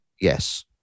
Yes